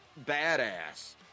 badass